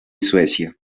suecia